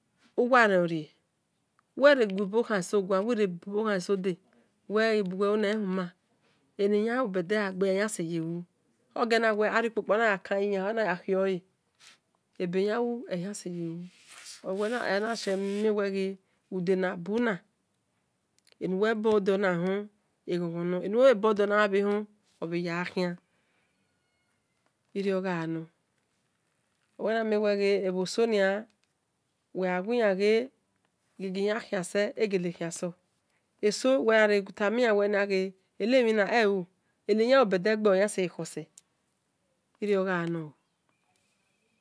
Uwazeren ole oria uwe na ghe gue bheso guani, eyahono odian bhi, eyukpo-kpo kaiya echourebi eyanlu, ole yan saye lu ude na buna, enume bulude onahon egho naghon nor, enum bui ude omhahon, obhe yaghakin irio gha no, uwe na mue ghe ebho eso ruo, uwe gha wi-yan gha guiwe yan khion se egehe whian so, eso we uwe gha retuo mi we ghe eri emhina ghe ruen ri eyan lu bha edegbe ole yarise yekhose irio gha no.